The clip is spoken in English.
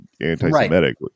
anti-Semitic